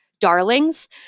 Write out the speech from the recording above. darlings